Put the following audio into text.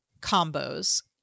combos